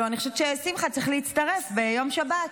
אני חושבת ששמחה צריך להצטרף ביום שבת.